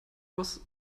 was